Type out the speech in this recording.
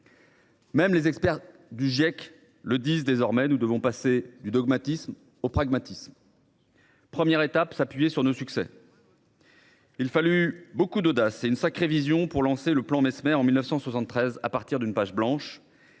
du climat (Giec) le disent désormais : nous devons passer du dogmatisme au pragmatisme. Première étape : s’appuyer sur nos succès. Il fallut beaucoup d’audace et une sacrée vision pour lancer le plan Messmer en 1973 à partir d’une page blanche